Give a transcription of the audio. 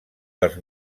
dels